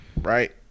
Right